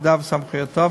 תפקידיו וסמכויותיו,